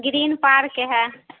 green park ہے